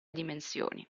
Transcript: dimensioni